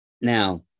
now